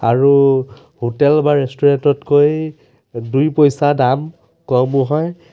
আৰু হোটেল বা ৰেষ্টুৰেণ্টতকৈ দুই পইচা দাম কমো হয়